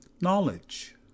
knowledge